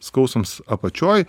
skausms apačioj